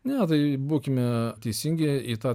ne tai būkime teisingi į tą